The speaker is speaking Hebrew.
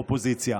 האופוזיציה.